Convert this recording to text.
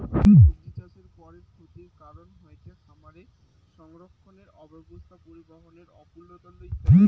সব্জিচাষের পরের ক্ষতির কারন হয়ঠে খামারে সংরক্ষণের অব্যবস্থা, পরিবহনের অপ্রতুলতা ইত্যাদি